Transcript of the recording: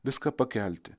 viską pakelti